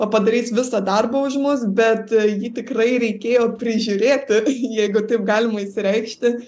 padarys visą darbą už mus bet jį tikrai reikėjo prižiūrėti jeigu taip galima išsireikšti